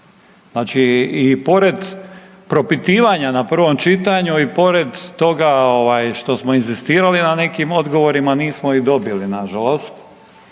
Znači i pored propitivanja na prvom čitanju i pored toga ovaj što smo inzistirali na nekim odgovorima nismo ih dobili nažalost.